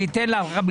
אני אתן לך.